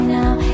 now